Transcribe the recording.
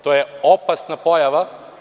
To je opasna pojava.